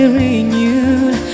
renewed